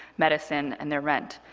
medicine, and their rent.